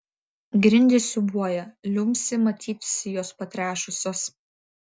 grindys siūbuoja liumpsi matyt sijos patrešusios